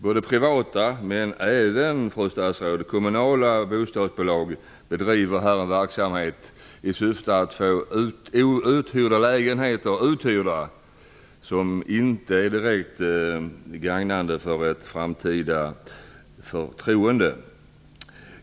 Både privata och, måste jag säga, kommunala bostadsbolag bedriver en verksamhet i syfte att få outhyrda lägenheter uthyrda som inte direkt gagnar ett förtroende i framtiden.